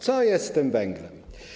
Co jest z tym węglem?